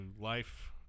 life